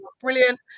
brilliant